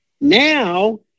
Now